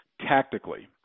tactically